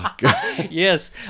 yes